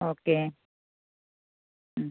okay മ്